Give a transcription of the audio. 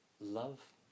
love